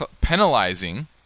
penalizing